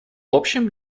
общем